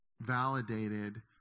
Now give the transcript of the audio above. validated